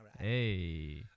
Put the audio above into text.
Hey